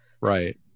Right